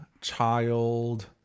child